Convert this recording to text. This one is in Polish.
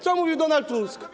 Co mówił Donald Tusk?